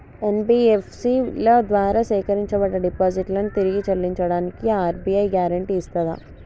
NBFC ల ద్వారా సేకరించబడ్డ డిపాజిట్లను తిరిగి చెల్లించడానికి ఆర్.బి.ఐ గ్యారెంటీ ఇస్తదా?